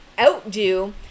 outdo